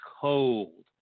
cold